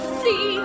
see